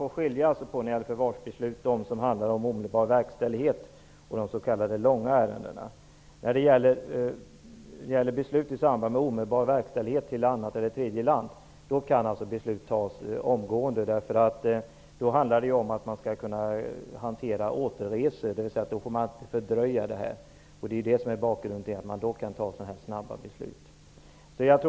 När det gäller beslut om förvar får man skilja mellan ärenden med omedelbar verkställighet och s.k. långa ärenden. Beslut i samband med omedelbar verkställighet till annat eller tredje land kan fattas omgående, därför att det då handlar om att kunna hantera återresor, då det kan bli fördröjning. Det är bakgrunden till att man måste kunna fatta beslut snabbt.